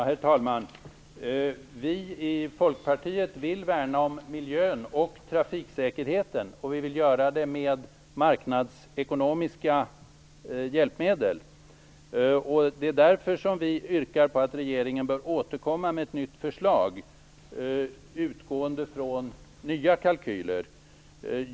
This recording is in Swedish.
Herr talman! Vi i Folkpartiet vill värna miljön och trafiksäkerheten. Vi vill göra det med marknadsekonomiska hjälpmedel. Det är därför som vi yrkar på att regeringen bör återkomma med ett nytt förslag, utgående från nya kalkyler.